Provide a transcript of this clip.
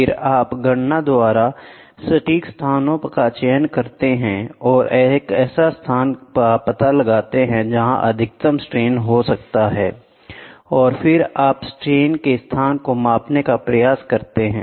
फिर आप गणना द्वारा सटीक स्थानों का चयन करते हैं और एक ऐसा स्थान का पता लगाते हैं जहां अधिकतम स्ट्रेन हो रहा है और फिर आप स्ट्रेन के स्थान को मापने का प्रयास करते हैं